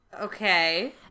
Okay